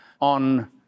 on